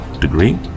degree